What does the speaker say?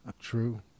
True